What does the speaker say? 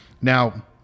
Now